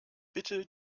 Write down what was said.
bitte